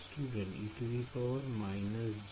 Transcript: Student